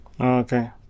Okay